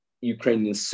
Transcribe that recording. Ukrainian